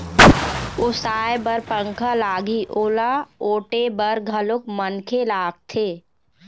ओसाय बर पंखा लागही, ओला ओटे बर घलोक मनखे लागथे